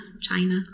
China